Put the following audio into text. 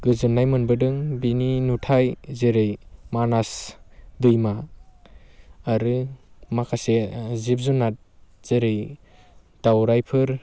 गोजोननाय मोनबोदों बेनि नुथाय जेरै मानास दैमा आरो माखासे जिब जुनार जेरै दाउराइफोर